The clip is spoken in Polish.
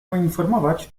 poinformować